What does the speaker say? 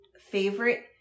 favorite